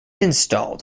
installed